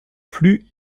plus